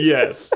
Yes